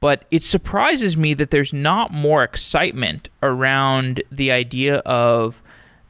but it surprises me that there's not more excitement excitement around the idea of